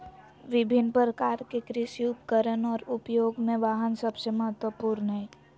विभिन्न प्रकार के कृषि उपकरण और उपयोग में वाहन सबसे महत्वपूर्ण हइ